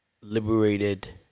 liberated